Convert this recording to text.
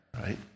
right